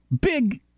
Big